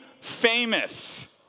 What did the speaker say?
famous